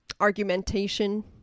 argumentation